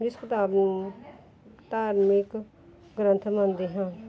ਜਿਸ ਕਿਤਾਬ ਨੂੰ ਧਾਰਮਿਕ ਗ੍ਰੰਥ ਮੰਨਦੀ ਹਾਂ